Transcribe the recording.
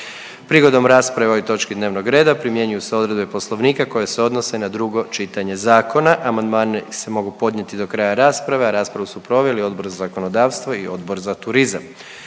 Prigodom rasprave o ovoj točki dnevnog reda primjenjuju se odredbe Poslovnika koje se odnose na drugo čitanje zakona. Amandmani se mogu podnijeti do kraja rasprave, a raspravu su proveli Odbor za zakonodavstvo i Odbor za turizam.